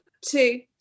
two